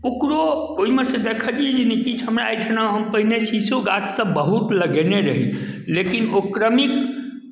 ओकरो ओहिमे से देखलियै जे नहि किछु हमरा एहिठिना पहिने शीशो गाछसभ बहुत लगेने रही लेकिन ओ क्रमिक